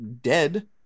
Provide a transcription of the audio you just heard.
dead